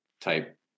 type